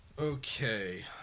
Okay